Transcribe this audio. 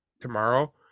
tomorrow